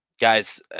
guys